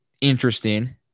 Interesting